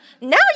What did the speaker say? Now